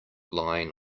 lying